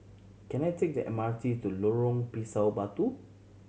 can I take the M R T to Lorong Pisang Batu